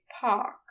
park